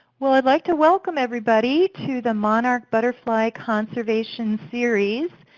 well, i'd like to welcome everybody to the monarch butterfly conservation series.